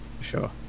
sure